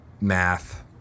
math